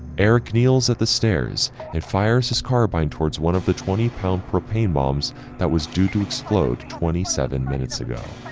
eric kneels at the stairs and fires his carbine towards one of the twenty pound propane bombs that was due to explode twenty seven minutes ago,